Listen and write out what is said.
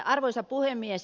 arvoisa puhemies